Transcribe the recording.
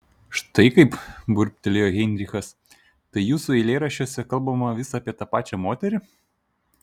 štai kaip burbtelėjo heinrichas tai jūsų eilėraščiuose kalbama vis apie tą pačią moterį